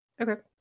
Okay